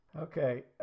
okay